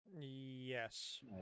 Yes